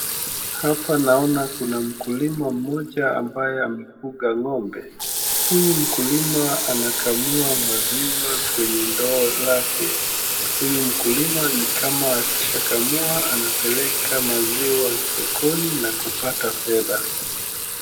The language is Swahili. Hapa naona kuna mkulima mmoja ambaye amefuga ngo'mbe. Huyu mkulima anakamua maziwa kwenye ndoo lake. Huyu mkulima ni kama akisha kamua anapeleka maziwa sokoni na kupata fedha.